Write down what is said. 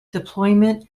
deployment